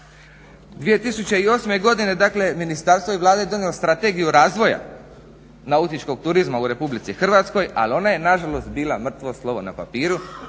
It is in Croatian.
2008. godine dakle ministarstvo i Vlada su donijeli Strategiju razvoja nautičkog turizma u RH, ali ona je nažalost bila mrtvo slovo na papiru